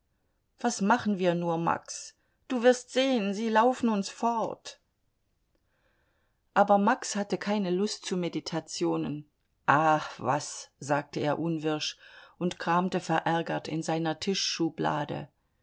was machen wir nur max du wirst sehen sie laufen uns fort aber max hatte keine lust zu meditationen ah was sagte er unwirsch und kramte verärgert in seiner